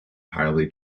highly